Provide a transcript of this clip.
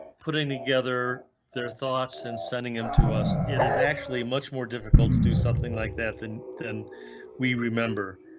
putting together their thoughts and sending him to us, it is actually much more difficult to do something like that than than we remember.